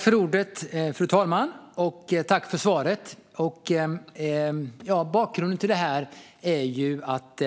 Fru talman! Jag tackar ministern för svaret. Bakgrunden till detta är att